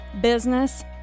business